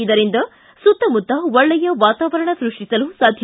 ಇದರಿಂದ ಸುತ್ತ ಮುತ್ತ ಒಳ್ಳೆಯ ವಾತಾವರಣ ಸೃಷ್ಟಿಸಲು ಸಾಧ್ಯ